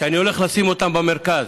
שאני הולך לשים אותם במרכז,